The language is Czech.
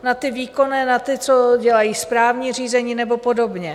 Na ty výkonné, na ty, co dělají správní řízení nebo podobně?